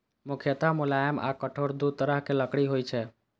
मुख्यतः मुलायम आ कठोर दू तरहक लकड़ी होइ छै